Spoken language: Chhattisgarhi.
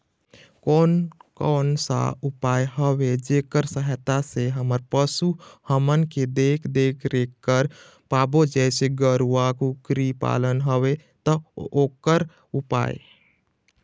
कोन कौन सा उपाय हवे जेकर सहायता से हम पशु हमन के देख देख रेख कर पाबो जैसे गरवा कुकरी पालना हवे ता ओकर उपाय?